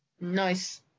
Nice